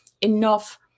enough